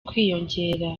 kwiyongera